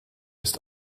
ist